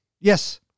Yes